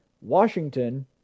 Washington